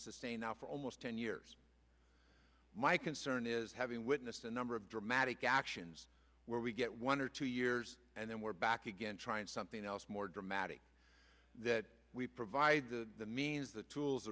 sustain now for almost ten years my concern is having witnessed a number of dramatic actions where we get one or two years and then we're back again trying something else more dramatic that we provide the means the tools